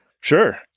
Sure